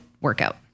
workout